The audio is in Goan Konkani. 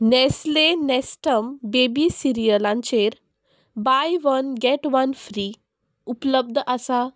नॅस्ले नॅस्टम बेबी सिरियलांचेर buy one get one free उपलब्ध आसा